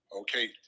okay